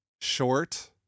short